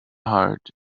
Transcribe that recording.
heart